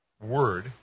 word